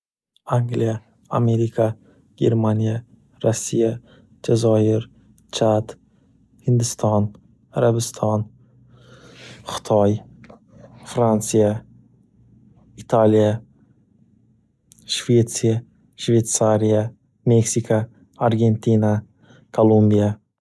Angliya, Amerika, Germaniya, Rossiya, Jazoir, Chad, Hindiston, Arabiston, Xitoy, Fransiya, Italiya, Shvetsiya, Schveytsariya, Meksiko, Argentina, Kolumbiya.